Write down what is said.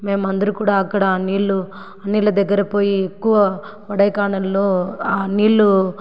మేం అందరు కూడా అక్కడ నీళ్ళు నీళ్ల దగ్గర పోయి ఎక్కువ కొడైకనాల్లో నీళ్ళు